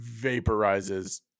vaporizes